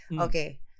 Okay